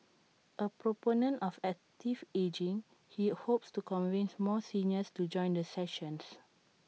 A proponent of active ageing he hopes to convince more seniors to join the sessions